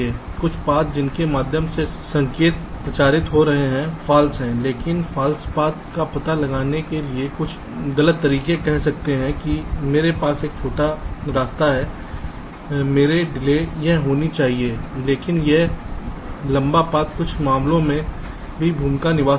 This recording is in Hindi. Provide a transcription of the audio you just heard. कुछ पाथ जिनके माध्यम से संकेत प्रचारित हो रहा है फॉल्स है लेकिन फॉल्स पाथ का पता लगाने के लिए कुछ गलत तरीके कह सकते हैं कि मेरे पास एक छोटा रास्ता है मेरी डिले यह होनी चाहिए लेकिन यह लंबा पाथ कुछ मामलों में भी भूमिका निभा सकता है